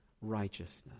righteousness